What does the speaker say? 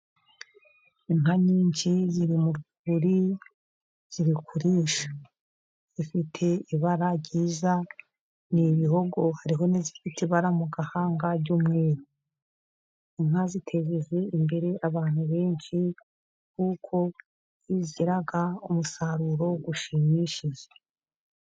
Inka nyinshi ziri murwuri zirikurisha izifite ibara ryiza n'ibihogo hari nizifite ibara mugahanga ry'umweru. Inka ziteje imbere abantu benshi kuko zigira umusaruro ushimishije.